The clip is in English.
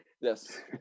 Yes